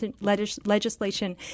legislation